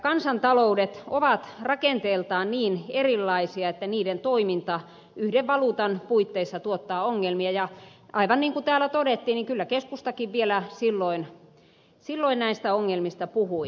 euroalueen kansantaloudet ovat rakenteeltaan niin erilaisia että niiden toiminta yhden valuutan puitteissa tuottaa ongelmia ja aivan niin kuin täällä todettiin niin kyllä keskustakin vielä silloin näistä ongelmista puhui